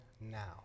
now